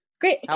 great